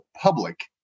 public